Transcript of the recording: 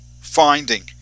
finding